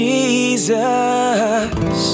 Jesus